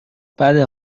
بده